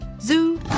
Zoo